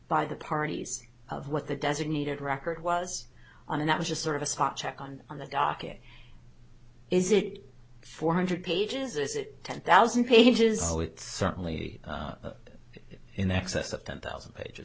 by the parties of what the designated record was on and that was just sort of a spot check on on the docket is it four hundred pages or is it ten thousand pages so it certainly is in excess of ten thousand pages